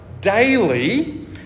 daily